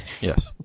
Yes